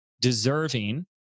deserving